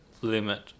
limit